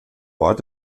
ort